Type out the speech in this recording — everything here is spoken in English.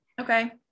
Okay